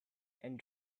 and